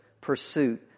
pursuit